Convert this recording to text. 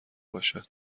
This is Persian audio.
باشه